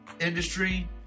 industry